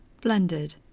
blended